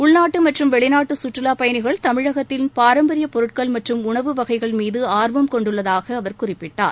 உள்நாட்டு மற்றும் வெளிநாட்டு சுற்றுலாப் பயணிகள் தமிழகத்தின் பாரம்பரிய பொருட்கள் மற்றும் உணவு வகைகள் மீது ஆர்வம் கொண்டுள்ளதாக அவர் குறிப்பிட்டார்